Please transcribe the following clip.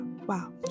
wow